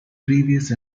previous